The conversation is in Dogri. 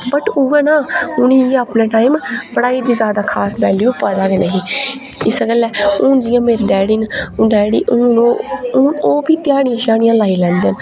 बट उ'ऐ ना उ'नेंगी अपने टाइम पढ़ाई दी ज्यादा खास वैल्यू पता गै नेही इस्सै गल्ला हून जि'यां मेरे डैडी न डैडी ओह हून ओह् बी ध्याड़ियां श्याड़ियां लाई लैंदे न ना उ'नेंगी अपने टाइम पढ़ाई दी ज्यादा खास वैल्यू पता गै नेही इस्सै गल्ला हून जि'यां मेरे डैडी न डैडी ओह हून ओह् बी ध्याड़ियां श्याड़ियां लाई लैंदे न